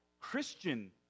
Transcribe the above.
Christian